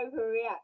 overreact